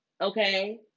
okay